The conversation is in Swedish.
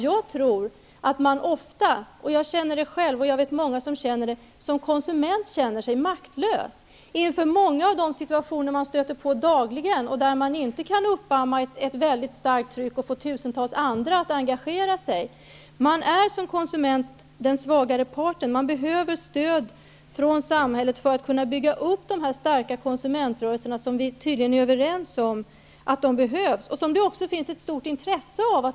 Jag tror att man ofta -- jag känner det själv och känner många som upplever det likadant -- som konsument känner sig maktlös inför många av de situationer som man möter dagligen och där man inte kan uppamma ett väldigt starkt tryck och få tusentals andra att engagera sig. Man är som konsument den svagare parten. Man behöver stöd från samhället för att kunna bygga upp de starka konsumentrörelser som vi tydligen är överens om behövs och som det också finns stort intresse för.